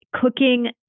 cooking